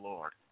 Lord